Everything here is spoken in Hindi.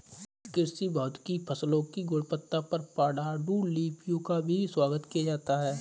कृषि भौतिकी फसलों की गुणवत्ता पर पाण्डुलिपियों का भी स्वागत किया जाता है